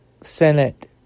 Senate